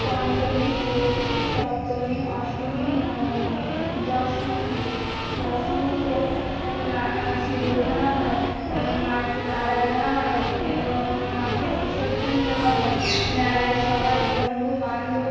পঞ্চমী ষষ্ঠী সপ্তমী অষ্টমী নবমী দশমী দশমীতে মা সিঁদুর খেলা হয় মা কাদা খেলা হয় এবং মাকে বিসর্জন দেওয়া হয় মেলায় সবাই বন্ধু বান্ধব